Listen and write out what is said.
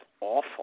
awful